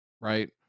right